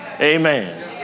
Amen